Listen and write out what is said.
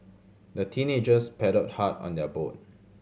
the teenagers paddled hard on their boat